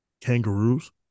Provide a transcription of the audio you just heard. Kangaroos